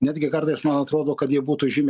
netgi kartais man atrodo kad jie būtų žymiai